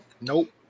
Nope